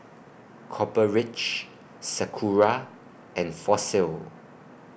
Copper Ridge Sakura and Fossil